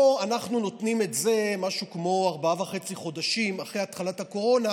פה אנחנו נותנים את זה משהו כמו ארבעה חודשים וחצי אחרי התחלת הקורונה,